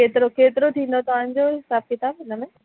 केतिरो केतिरो थींदो तव्हांजो हिसाब किताब हिनमें